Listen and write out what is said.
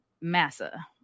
Massa